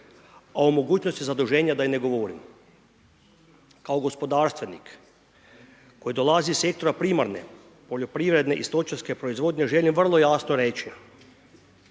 a o mogućnosti zaduženja da i ne govorim. Kao gospodarstvenik koji dolazi iz sektora primarne poljoprivredne i stočarske proizvodnje želim vrlo jasno reći